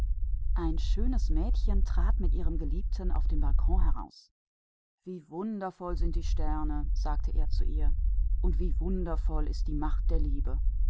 ein schönes mädchen trat mit seinem geliebten auf den balkon hinaus wie wundervoll die sterne sind sagte er zu ihr und wie wunderbar die macht der liebe